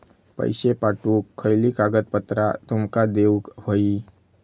पैशे पाठवुक खयली कागदपत्रा तुमका देऊक व्हयी?